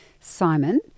Simon